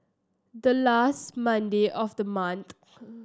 the last Monday of the month